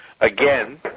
again